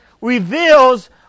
reveals